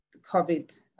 COVID